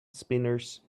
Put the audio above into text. spinners